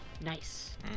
Nice